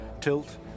tilt